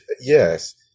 yes